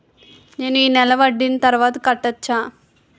నేను ఈ నెల వడ్డీని తర్వాత కట్టచా?